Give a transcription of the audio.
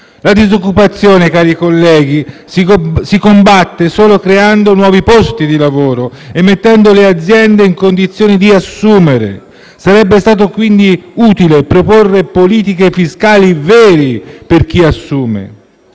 La disoccupazione, cari colleghi, si combatte solo creando nuovi posti di lavoro e mettendo le aziende in condizione di assumere. Sarebbe stato, quindi, utile proporre politiche fiscali vere per chi assume.